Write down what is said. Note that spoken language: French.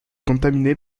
contaminé